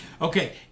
Okay